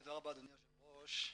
תודה אדוני היושב ראש.